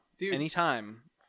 anytime